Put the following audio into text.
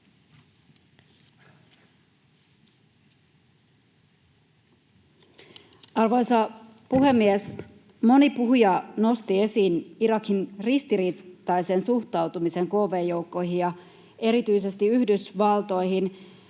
Arvoisa puhemies! Moni puhuja nosti esiin Irakin ristiriitaisen suhtautumisen kv-joukkoihin ja erityisesti Yhdysvaltoihin.